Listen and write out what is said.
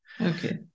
Okay